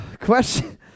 Question